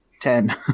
ten